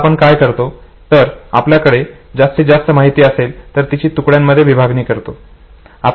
आता आपण काय करातो तर आपल्याकडे जास्त माहिती असेल तर तिची तुकड्यांमध्ये विभागणी करतो